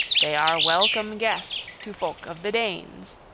they are welcome guests to folk of the danes.